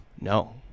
No